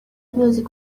music